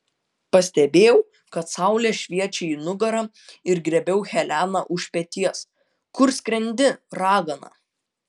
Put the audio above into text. pastebėjau kad saulė šviečia į nugarą ir griebiau heleną už peties kur skrendi ragana